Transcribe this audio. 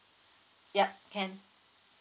yup can